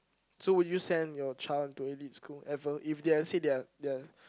so would you send your child into elite school ever if they are let's say their their